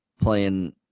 playing